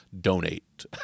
Donate